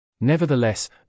Nevertheless